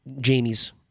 jamie's